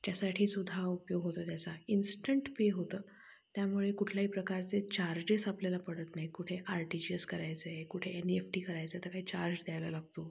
च्यासाठी सुद्धा उपयोग होतो त्याचा इंस्टंट पे होतं त्यामुळे कुठल्याही प्रकारचे चार्जेस आपल्याला पडत नाही कुठे आर टी जी एस करायचं आहे कुठे एन ई एफ टी करायचं आहे तर काही चार्ज द्यायला लागतो